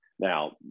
Now